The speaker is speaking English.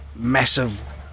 massive